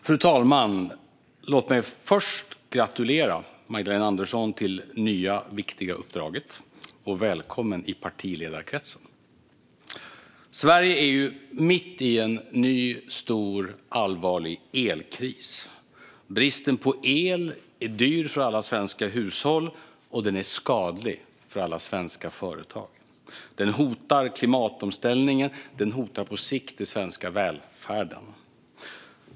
Fru talman! Låt mig först gratulera Magdalena Andersson till det nya viktiga uppdraget. Välkommen i partiledarkretsen! Sverige är mitt i en ny, stor och allvarlig elkris. Bristen på el gör det dyrt för alla svenska hushåll, och den är skadlig för alla svenska företag. Den hotar klimatomställningen, och den hotar på sikt den svenska välfärden.